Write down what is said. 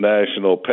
National